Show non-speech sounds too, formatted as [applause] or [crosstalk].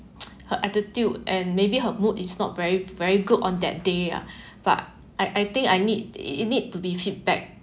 [noise] her attitude and maybe her mood is not very very good on that day ah but I I think I need it need to be feedback